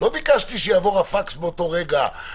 לא ביקשתי שיעבור הפקס באותו רגע,